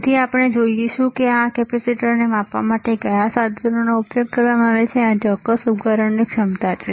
તેથી આપણે એ પણ જોઈશું કે આ કેપેસિટરને માપવા માટે કયા સાધનોનો ઉપયોગ કરવામાં આવે છે આ ચોક્કસ ઉપકરણની ક્ષમતા છે